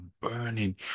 burning